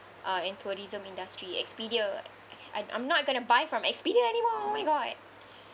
uh in tourism industry Expedia I'd I'm not going to buy from Expedia anymore oh my god